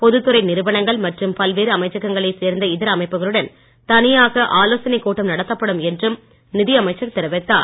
பொதுத் துறை நிறுவனங்கள் மற்றும் பல்வேறு அமைச்சகங்களைச் சேர்ந்த இதர அமைப்புக்களுடன் தனியாக ஆலோசனைக் கூட்டம் நடத்தப்படும் என்றும் நிதி அமைச்சர் தெரிவித்தார்